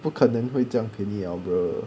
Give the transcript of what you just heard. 不可能会这样便宜了 bruh